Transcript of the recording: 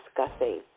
discussing